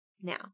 Now